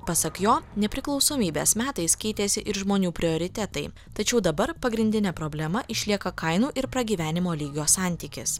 pasak jo nepriklausomybės metais keitėsi ir žmonių prioritetai tačiau dabar pagrindinė problema išlieka kainų ir pragyvenimo lygio santykis